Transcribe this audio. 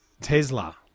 Tesla